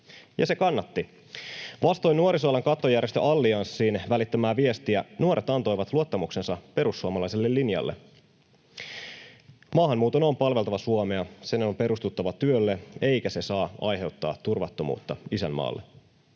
Ja se kannatti: vastoin nuorisoalan kattojärjestö Allianssin välittämää viestiä nuoret antoivat luottamuksensa perussuomalaiselle linjalle. Maahanmuuton on palveltava Suomea. Sen on perustuttava työlle, eikä se saa aiheuttaa turvattomuutta isänmaalle.